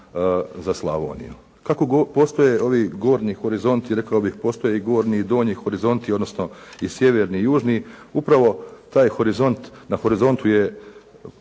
za Slavoniju. Kako postoje ovi "Gornji horizonti", rekao bih postoje i gornji i donji horizonti, odnosno i sjeverni i južni, upravo taj horizont, na horizontu je